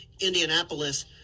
Indianapolis